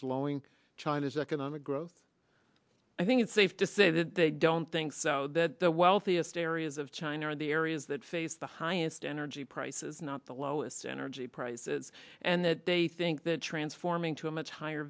slowing china's economic growth i think it's safe to say that they don't think so that the wealthiest areas of china are the areas that face the highest energy prices not the lowest energy prices and that they think that transforming to a much higher